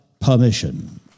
permission